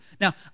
Now